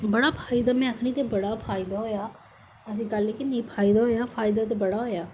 बडा फाय्दा में आक्खनी ते बड़ा फायदा होया ऐसी गल्ल गै नेई के फायदा होया फायदा ते बड़ा होया